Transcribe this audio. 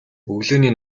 өглөөний